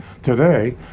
Today